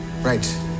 right